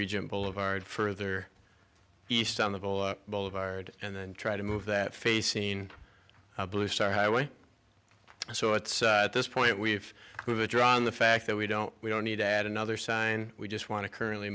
regent boulevard further east on the ball boulevard and then try to move that face seen blue star highway so it's at this point we've drawn the fact that we don't we don't need to add another sign we just want to currently